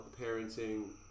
parenting